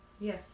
Yes